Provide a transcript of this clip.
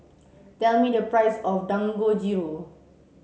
tell me the price of Dangojiru